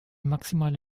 maximale